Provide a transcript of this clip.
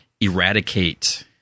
eradicate